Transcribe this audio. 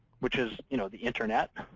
which is you know the internet